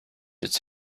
its